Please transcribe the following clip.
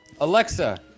Alexa